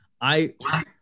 I-